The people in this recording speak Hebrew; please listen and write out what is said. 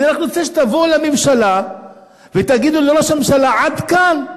אני רק רוצה שתבואו לממשלה ותגידו לראש הממשלה: עד כאן.